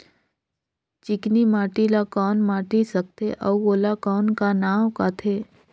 चिकनी माटी ला कौन माटी सकथे अउ ओला कौन का नाव काथे?